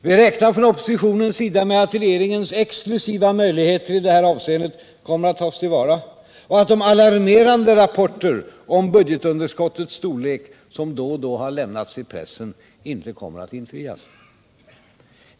Vi räknar från oppositionens sida med att regeringens exklusiva möjligheter i detta avseende kommer att tas till vara och att de alarmerande rapporter om budgetunderskottets storlek, som då och då har lämnats i pressen, inte kommer att infrias.